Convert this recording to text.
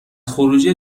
خروجی